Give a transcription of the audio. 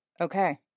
okay